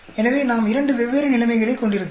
எனவே நாம் இரண்டு வெவ்வேறு நிலைமைகளைக் கொண்டிருக்கலாம்